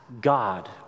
God